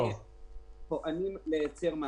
הממשלה לא הקימה ממשלה ולא הייתה פה קואליציה וכנסת מתפקדת